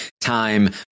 time